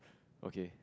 okay